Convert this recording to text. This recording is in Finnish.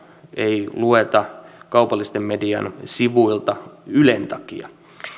ei lueta kaupallisen median sivuilta ylen takia